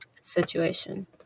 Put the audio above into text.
situation